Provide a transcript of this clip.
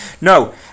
No